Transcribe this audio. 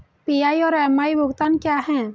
PI और MI भुगतान क्या हैं?